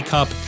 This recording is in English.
Cup